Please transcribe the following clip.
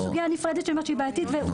זו סוגיה נפרדת, והיא בעייתית.